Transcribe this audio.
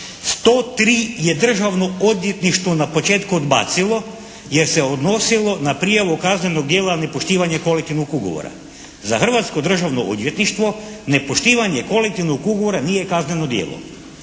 103 je Državno odvjetništvo na početku odbacilo jer se odnosilo na prijavu kaznenog djela nepoštivanje kolektivnog ugovora. Za Hrvatsko državno odvjetništvo nepoštivanje kolektivnog ugovora nije kazneno djelo.